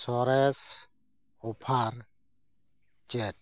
ᱥᱚᱨᱮᱥ ᱚᱯᱷᱟᱨ ᱪᱮᱫ